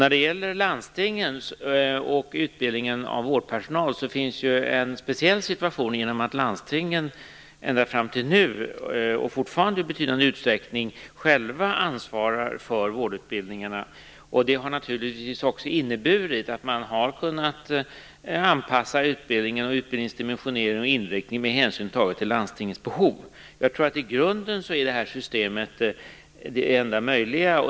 I fråga om landstingen och utbildning av vårdpersonal finns en speciell situation genom att landstingen ända fram till nu, och fortfarande i betydande utsträckning, själva ansvarar för vårdutbildningarna. Det har naturligtvis också inneburit att man har kunnat anpassa utbildningen och dess dimensionering och inriktning med hänsyn tagen till landstingens behov. Jag tror att det här systemet i grunden är det enda möjliga.